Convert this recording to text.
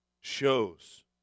shows